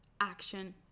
action